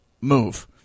move